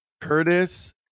Curtis